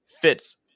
fits